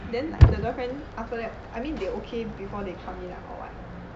then the girlfriend after that I mean they okay before they come in uh or what